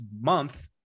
month